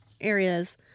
areas